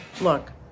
look